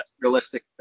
realistic